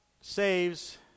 saves